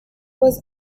was